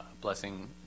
blessing